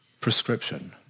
prescription